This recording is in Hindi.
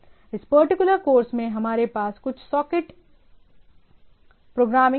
इस पर्टिकुलर कोर्स में हमारे पास कुछ सॉकेट प्रोग्रामिंग होगी